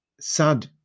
sad